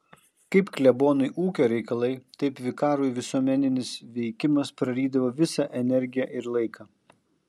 kaip klebonui ūkio reikalai taip vikarui visuomeninis veikimas prarydavo visą energiją ir laiką